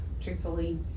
truthfully